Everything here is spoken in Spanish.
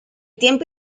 tiempo